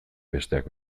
besteak